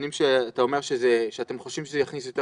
הנתונים שאתה אומר שאתם חושבים שזה יכניס יותר